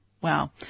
wow